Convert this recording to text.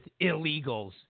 illegals